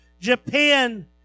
Japan